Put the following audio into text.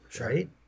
right